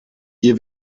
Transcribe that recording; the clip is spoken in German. ihr